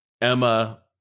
Emma